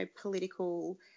political